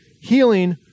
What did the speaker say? healing